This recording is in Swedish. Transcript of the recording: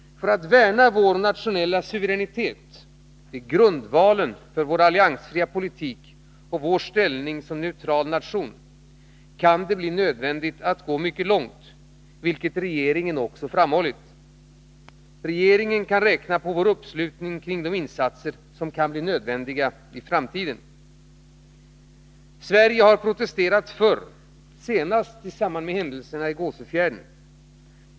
För att värna vår nationella suveränitet — grundvalen för vår alliansfria politik och vår ställning som neutral nation — kan det bli nödvändigt att gå mycket långt, vilket regeringen också har framhållit. Regeringen kan räkna med vår uppslutning kring de insatser som kan bli nödvändiga i framtiden. Sverige har protesterat förr, senast i samband med händelserna på Gåsefjärden.